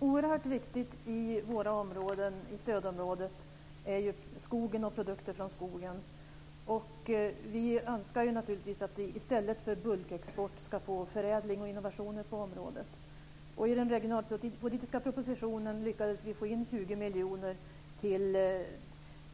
Herr talman! I våra områden, i stödområdet, är det oerhört viktigt med skogen och produkter från skogen. Vi önskar naturligtvis att det i stället för bulkexport ska bli förädling och innovationer på området. I den regionalpolitiska propositionen lyckades vi få in 20 miljoner till